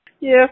Yes